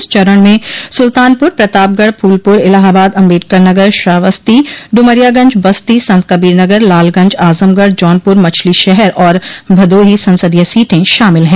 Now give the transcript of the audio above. इस चरण में सुल्तानपुर प्रतापगढ़ फूलपुर इलाहाबाद अम्बेडकरनगर श्रावस्ती डुमरियागंज बस्ती संतकबीरनगर लालगंज आजमगढ़ जौनपुर मछलीशहर और भदोही संसदीय सीटें शामिल हैं